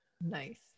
Nice